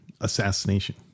Assassination